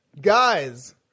guys